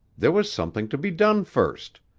there was something to be done first.